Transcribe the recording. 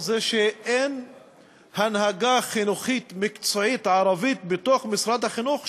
היא שאין הנהגה חינוכית מקצועית ערבית בתוך משרד החינוך,